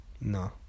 No